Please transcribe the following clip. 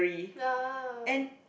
ya